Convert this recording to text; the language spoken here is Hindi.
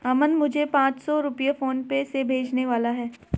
अमन मुझे पांच सौ रुपए फोनपे से भेजने वाला है